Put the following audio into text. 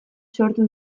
sortu